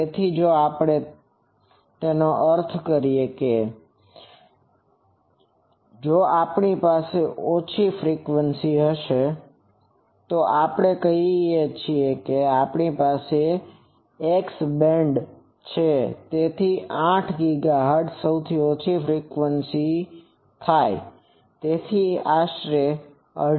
તેથી જો આપણે તે કરીએ એનો અર્થ એ કે જો આપણી પાસે સૌથી ઓછી ફ્રીક્વન્સી હશે તો આપણે કહીએ કે આપણી પાસે એક્સ બેન્ડ છે તેથી 8 ગીગાહર્ટ્ઝ સૌથી ઓછી ફ્રીક્વન્સી થશે તેથી તે આશરે 2